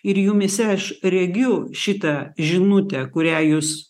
ir jumyse aš regiu šitą žinutę kurią jūs